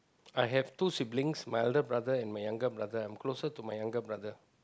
I have two siblings my elder brother and my younger brother I am closer to my younger brother